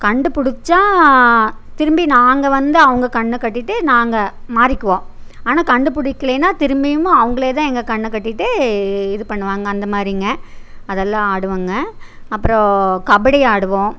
கண்டுபிடிச்சா திரும்பி நாங்கள் வந்து அவங்க கண்ணை கட்டிகிட்டு நாங்கள் மாறிக்குவோம் ஆனால் கண்டுபிடிக்கிலைன்னா திரும்பியுமும் அவங்களே தான் எங்கள் கண்ணை கட்டிகிட்டு இது பண்ணுவாங்க அந்த மாதிரிங்க அதெல்லாம் ஆடுவங்க அப்புறோம் கபடி ஆடுவோம்